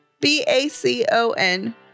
B-A-C-O-N